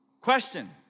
Question